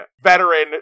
veteran